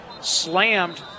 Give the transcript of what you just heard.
slammed